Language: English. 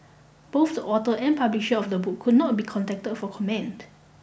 both the author and publisher of the book could not be contacted for comment